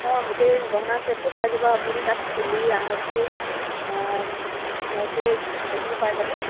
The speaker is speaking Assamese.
অ' গোটেই গহনা ছে'টটো পাই যাব আপুনি তাত ফুলি আঙুঠি নেকলেছ গোটেইখিনি পাই যাব